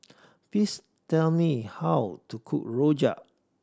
please tell me how to cook rojak